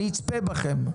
אני אצפה בכם,